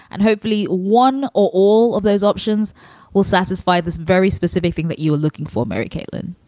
and hopefully one or all of those options will satisfy this very specific thing that you were looking for, mary caitlin